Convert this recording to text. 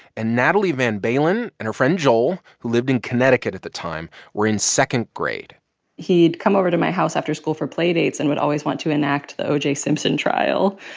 and natalie van belen and her friend joel, who lived in connecticut at the time, were in second grade he'd come over to my house after school for playdates and would always want to enact the o. j. simpson trial.